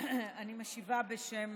אני משיבה בשם